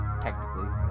technically